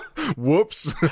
Whoops